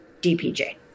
DPJ